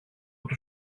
του